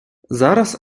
зараз